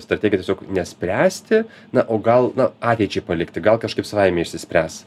strategija tiesiog nespręsti na o gal na ateičiai palikti gal kažkaip savaime išsispręs